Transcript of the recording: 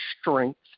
strength